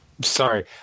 Sorry